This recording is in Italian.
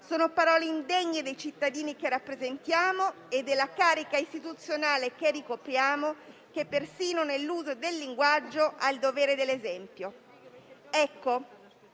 Sono parole indegne dei cittadini che rappresentiamo e della carica istituzionale che ricopriamo, che persino nell'uso del linguaggio ha il dovere dell'esempio.